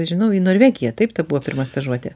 žinau į norvegiją taip tau buvo pirma stažuotė